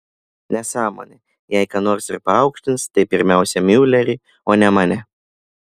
nesąmonė jei ką nors ir paaukštins tai pirmiausia miulerį o ne mane